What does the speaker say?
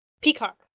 Peacock